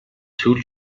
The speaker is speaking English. two